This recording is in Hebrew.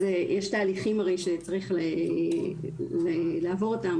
אני מבינה, יש פשוט תהליכים שצריך לעבור אותם.